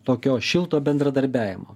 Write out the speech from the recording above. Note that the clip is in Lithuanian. tokio šilto bendradarbiavimo